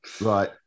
right